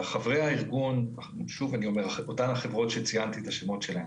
חברי הארגון, אותן חברות שציינתי את השמות שלהן,